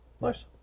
Nice